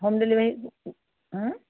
home delivery